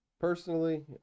Personally